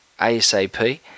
ASAP